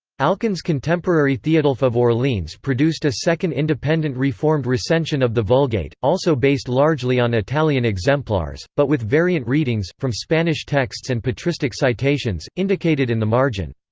alcuin's contemporary theodulf of orleans produced a second independent reformed recension of the vulgate, also based largely on italian exemplars, but with variant readings, from spanish texts and patristic citations, indicated in the margin.